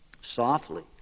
Softly